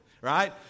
right